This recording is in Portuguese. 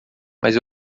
mas